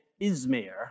Izmir